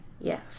Yes